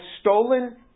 stolen